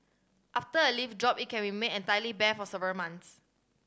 after a leaf drop it can remain entirely bare for several months